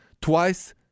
Twice